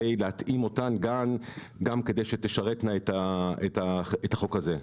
להתאים אותן גם כדי שתשרתנה את החוק הזה.